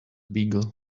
beagle